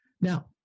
Now